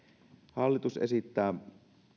hallitus esittää